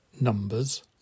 numbers